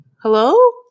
hello